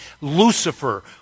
Lucifer